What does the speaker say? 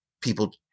people